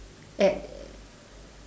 at